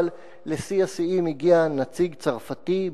אבל לשיא השיאים הגיע נציג צרפתי,